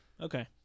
Okay